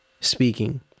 speaking